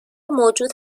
موجود